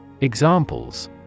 Examples